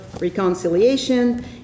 reconciliation